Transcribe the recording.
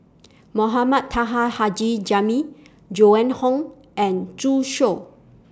Mohamed Taha Haji Jamil Joan Hon and Zhu Xiu